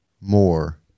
more